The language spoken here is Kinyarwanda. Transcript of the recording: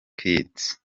kids